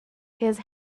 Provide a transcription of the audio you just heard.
his